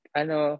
ano